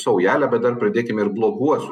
saujelė bet dar pridėkime ir bloguosius